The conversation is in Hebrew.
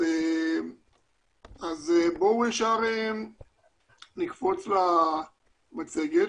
בואו ישר נקפוץ למצגת.